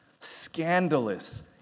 scandalous